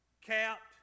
capped